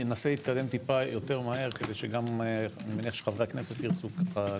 ננסה להתקדם טיפה יותר מהר כי אני מניח שחברי הכנסת ירצו לדבר.